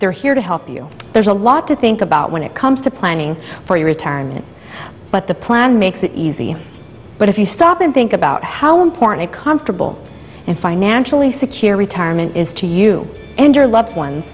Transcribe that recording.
they're here to help you there's a lot to think about when it comes to planning for retirement but the plan makes it easy but if you stop and think about how important it comfortable and financially secure retirement is to you and your loved ones